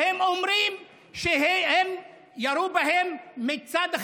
והם אומרים שירו בה מצד החיילים.